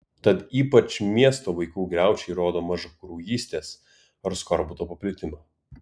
tad ypač miesto vaikų griaučiai rodo mažakraujystės ar skorbuto paplitimą